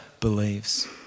believes